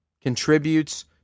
contributes